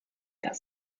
das